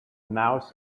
mouse